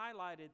highlighted